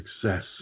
success